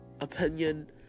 opinion